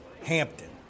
Hampton